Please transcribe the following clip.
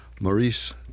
Maurice